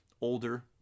older